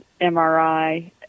MRI